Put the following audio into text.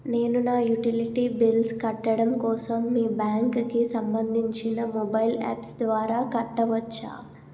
నేను నా utility bills కట్టడం కోసం మీ బ్యాంక్ కి సంబందించిన మొబైల్ అప్స్ ద్వారా కట్టవచ్చా?